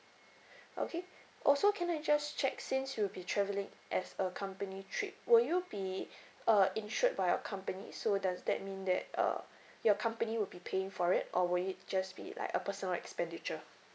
okay also can I just check since you'll be travelling as a company trip will you be uh insured by your company so does that mean that uh your company will be paying for it or will it just be like a personal expenditure